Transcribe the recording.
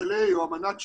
שנקרא אמנת שירות.